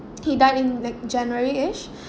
he died in like january-ish